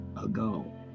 ago